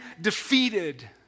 defeated